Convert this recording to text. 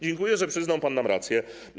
Dziękuję, że przyznał pan nam rację.